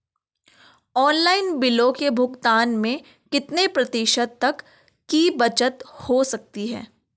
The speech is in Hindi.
ऑनलाइन बिलों के भुगतान में कितने प्रतिशत तक की बचत हो सकती है?